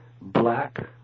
black